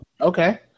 Okay